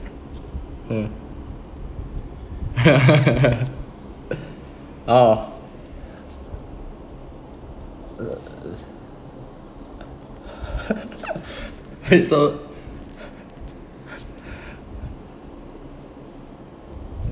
mm oh uh wait so